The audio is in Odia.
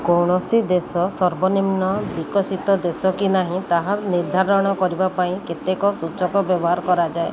କୌଣସି ଦେଶ ସର୍ବନିମ୍ନ ବିକଶିତ ଦେଶ କି ନାହିଁ ତାହା ନିର୍ଦ୍ଧାରଣ କରିବା ପାଇଁ କେତେକ ସୂଚକ ବ୍ୟବହାର କରାଯାଏ